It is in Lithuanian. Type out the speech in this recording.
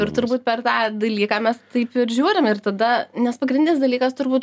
ir turbūt per tą dalyką mes taip ir žiūrim ir tada nes pagrindinis dalykas turbūt